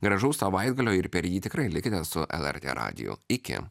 gražaus savaitgalio ir per jį tikrai likite su lrt radiju iki